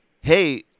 Hey